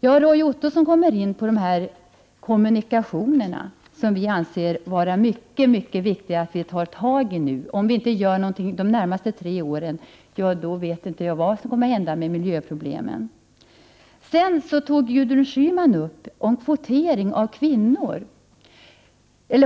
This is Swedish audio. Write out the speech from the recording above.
Roy Ottosson kommer i sitt anförande att redogöra för kommunikationsfrågorna. Vi i miljöpartiet anser att det är mycket viktigt att vi nu tar tag i dessa frågor. Om vi inte gör någonting de närmaste tre åren, då vet inte jag vad som kommer att hända med miljöproblemen. Gudrun Schyman tog i sitt anförande upp frågan om kvotering av kvinnor.